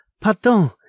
pardon